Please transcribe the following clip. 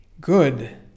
good